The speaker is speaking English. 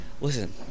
Listen